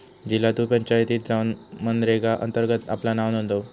झिला तु पंचायतीत जाउन मनरेगा अंतर्गत आपला नाव नोंदव